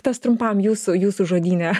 tas trumpam jūsų jūsų žodyne